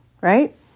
right